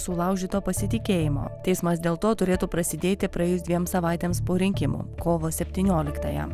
sulaužyto pasitikėjimo teismas dėl to turėtų prasidėti praėjus dviem savaitėms po rinkimų kovo septynioliktąją